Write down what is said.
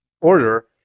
order